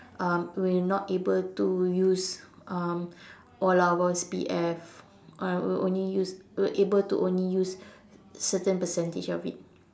um will not able to use um all of our C_P_F uh will only use will able to only use certain percentage of it